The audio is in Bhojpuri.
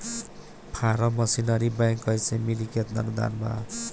फारम मशीनरी बैक कैसे मिली कितना अनुदान बा?